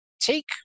take